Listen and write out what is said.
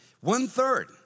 One-third